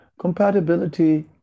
Compatibility